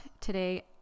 today